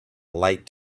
light